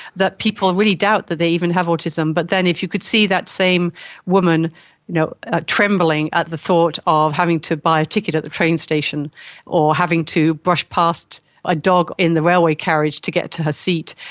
that people really doubt that they even have autism. but then if you could see that same woman ah trembling at the thought of having to buy a ticket at the train station or having to brush past a dog in the railway carriage to get to her seat,